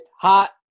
hot